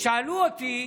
שאלו אותי: